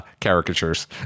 caricatures